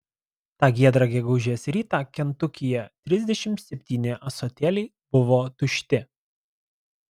tą giedrą gegužės rytą kentukyje trisdešimt septyni ąsotėliai buvo tušti